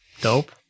Dope